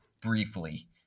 briefly